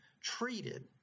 treated